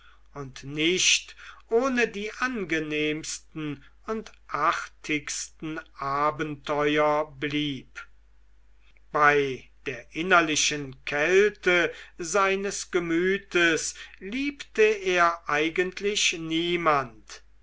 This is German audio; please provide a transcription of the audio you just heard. und nicht ohne die angenehmsten und artigsten abenteuer blieb bei der innerlichen kälte seines gemütes liebte er eigentlich niemand